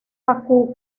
bakú